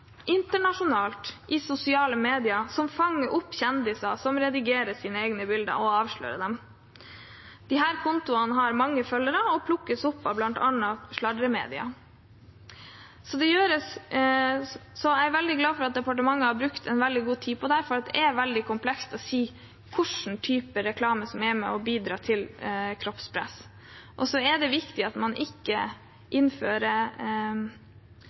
internasjonalt i sosiale medier, som fanger opp kjendiser som redigerer sine egne bilder, og avslører dem. Disse kontoene har mange følgere og plukkes opp av bl.a. sladremedia. Jeg er veldig glad for at departementet har brukt god tid på dette, for det er veldig komplekst å si hvilken type reklame som er med på å bidra til kroppspress. Så er det viktig at man ikke innfører